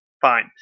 fine